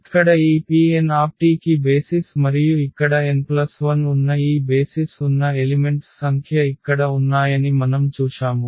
ఇక్కడ ఈ Pnt కి బేసిస్ మరియు ఇక్కడ n1 ఉన్న ఈ బేసిస్ ఉన్న ఎలిమెంట్స్ సంఖ్య ఇక్కడ ఉన్నాయని మనం చూశాము